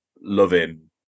loving